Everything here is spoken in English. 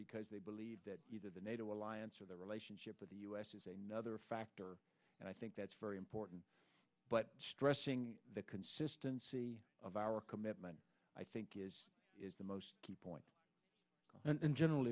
because they believe that either the nato alliance or the relationship with the us is a nother factor and i think that's very important but stressing the consistency of our commitment i think is the most key point and in general